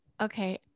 Okay